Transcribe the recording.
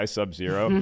Sub-Zero